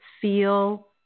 Feel